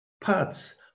parts